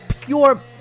pure